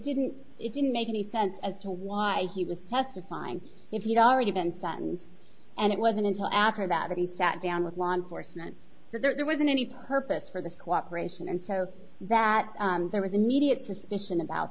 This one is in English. didn't it didn't make any sense as to why he was testifying if you'd already been sentenced and it wasn't until after about it he sat down with law enforcement that there wasn't any purpose for the cooperation and so that there was immediate suspicion about